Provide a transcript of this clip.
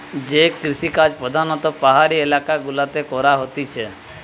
যে কৃষিকাজ প্রধাণত পাহাড়ি এলাকা গুলাতে করা হতিছে